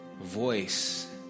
voice